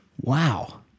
Wow